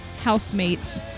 housemates